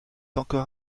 encore